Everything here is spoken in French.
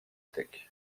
tech